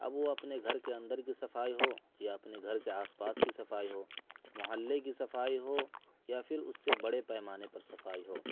اب وہ اپنے گھر کے اندر کی صفائی ہو یا اپنے گھر کے آس پاس کی صفائی ہو محلے کی صفائی ہو یا پھر اس سے بڑے پیمانے پر صفائی ہو